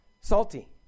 salty